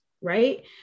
right